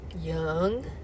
young